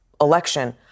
election